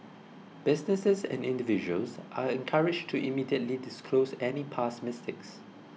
businesses and individuals are encouraged to immediately disclose any past mistakes